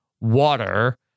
water